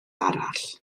arall